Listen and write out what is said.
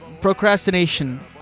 procrastination